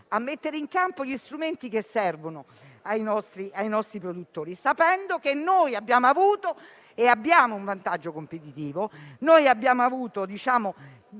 a mettere in campo gli strumenti che servono ai nostri produttori, sapendo che abbiamo avuto e abbiamo un vantaggio competitivo. Abbiamo avuto indicatori